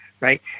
right